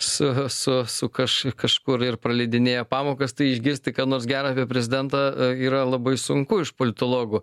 su su su kaž kažkur ir praleidinėja pamokas tai išgirsti ką nors gera apie prezidentą yra labai sunku iš politologų